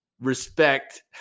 respect